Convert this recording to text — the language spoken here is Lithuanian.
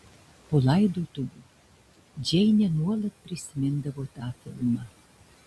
po laidotuvių džeinė nuolat prisimindavo tą filmą